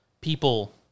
people